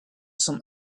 some